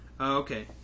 Okay